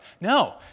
No